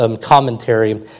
commentary